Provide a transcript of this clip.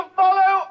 follow